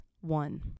One